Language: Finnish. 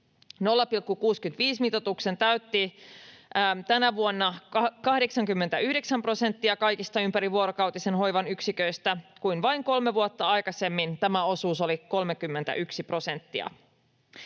0,65:n mitoituksen täytti tänä vuonna 89 prosenttia kaikista ympärivuorokautisen hoivan yksiköistä, kun vain kolme vuotta aikaisemmin tämä osuus oli 31 prosenttia.